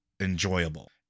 enjoyable